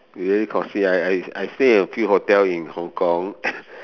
very costly I I I stay in a few hotel in Hong-Kong